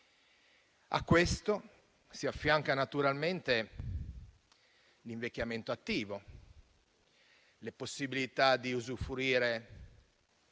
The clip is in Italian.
A questo si affianca naturalmente l'invecchiamento attivo, che sta nella possibilità di usufruire